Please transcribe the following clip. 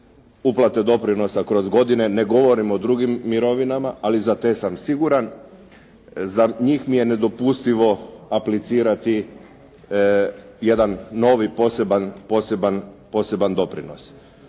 uplate doprinosa kroz godine, ne govorim o drugim mirovinama, ali za te sam siguran, za njih je nedopustivo aplicirati jedan novi poseban doprinos.